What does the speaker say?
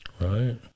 Right